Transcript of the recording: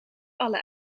alle